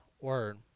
word